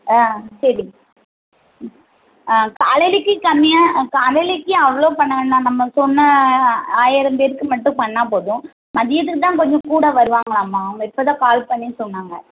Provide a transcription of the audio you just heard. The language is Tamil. ஆ சரி ம் காலைலக்கு கம்மியாக காலைலக்கு அவ்வளோ பண்ண வேணாம் நம்ம சொன்ன ஆயிரம் பேருக்கு மட்டும் பண்ணால் போதும் மதியத்துக்கு தான் கொஞ்சம் கூட வருவாங்களாம்மா அவங்க இப்போ தான் கால் பண்ணி சொன்னாங்க